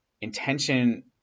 intention